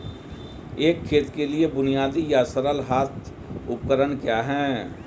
एक खेत के लिए बुनियादी या सरल हाथ उपकरण क्या हैं?